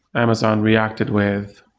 amazon reacted with,